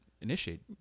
initiate